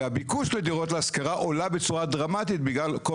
והביקוש לדירות להשכרה עולה בצורה דרמטית בגלל כל